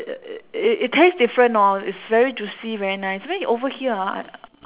it taste different lor it's very juicy very nice then over here ah I